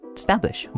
establish